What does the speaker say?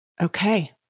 Okay